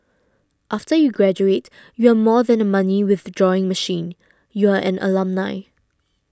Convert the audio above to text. after you graduate you are more than a money withdrawing machine you are an alumni